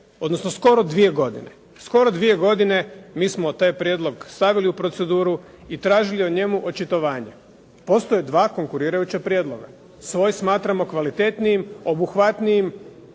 odnosno skoro 2 godine. Skoro 2 godine mi smo taj prijedlog stavili u proceduru i tražili o njemu očitovanje. Postoje 2 konkurirajuća prijedloga. Svoj smatramo kvalitetnijim, obuhvatnijim